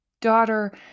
daughter